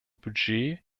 budget